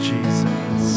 Jesus